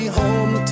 home